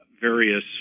various